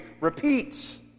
repeats